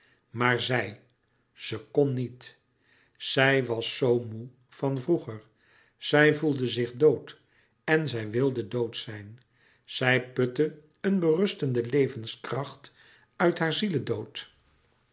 maar zij ze kon niet zij was zoo moê van vroeger zij voelde zich dood en zij wilde dood zijn zij putte een berustende levenskracht uit haar